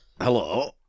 Hello